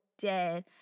dead